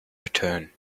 return